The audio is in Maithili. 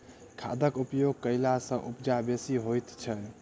खादक उपयोग कयला सॅ उपजा बेसी होइत छै